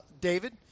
David